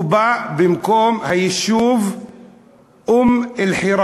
הוא בא במקום היישוב אום-אלחיראן.